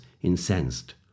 incensed